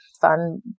fun